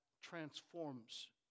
transforms